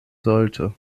sollte